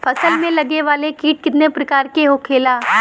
फसल में लगे वाला कीट कितने प्रकार के होखेला?